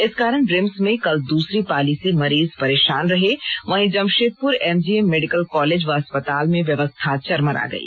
इस कारण रिम्स में कल दूसरी पाली से मरीज परेशान रहे वहीं जमशेदपुर एमजीएम मेडिकल कालेज व अस्पताल में व्यवस्था चरमरा गई